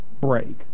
break